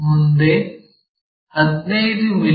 P ಮುಂದೆ 15 ಮಿ